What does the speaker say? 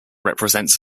represents